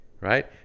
right